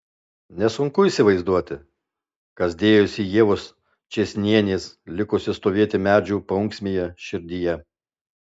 nesunku įsivaizduoti kas dėjosi ievos čėsnienės likusios stovėti medžių paunksmėje širdyje